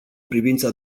privința